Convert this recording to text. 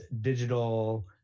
digital